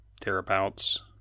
thereabouts